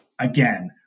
Again